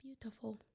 Beautiful